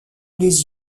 les